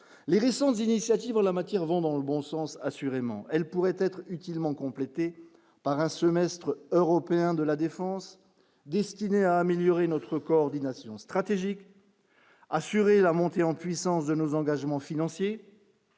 les récentes initiatives en la matière, vont dans le bon sens, assurément, elle pourrait être utilement complété par un semestre européen de la défense, destiné à améliorer notre coordination stratégique assurer la montée en puissance de nos engagements financiers.